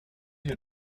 your